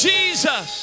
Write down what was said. Jesus